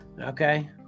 Okay